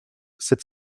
sept